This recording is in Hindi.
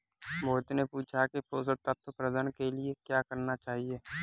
मोहित ने पूछा कि पोषण तत्व प्रबंधन के लिए क्या करना चाहिए?